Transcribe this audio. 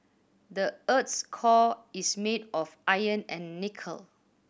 the earth's core is made of iron and nickel